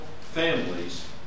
families